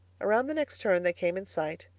around the next turn they came in sight,